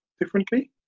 differently